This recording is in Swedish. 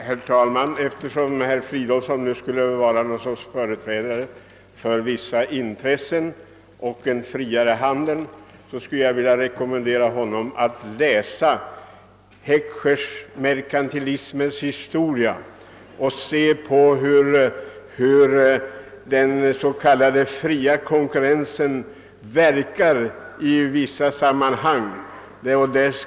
Herr talman! Eftersom herr Fridolfsson i Stockholm säger sig företräda småhandlarna och pläderar för en friare handel skulle jag vilja rekommendera honom att läsa Heckschers »Merkantilismens historia». Där kan han få veta hur den s.k. fria konkurrensen verkar i vissa sammanhang.